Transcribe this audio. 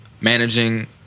managing